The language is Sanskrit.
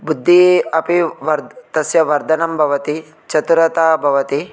बुद्धिः अपि वर्ध तस्य वर्धनं भवति चातुरता भवति